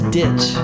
ditch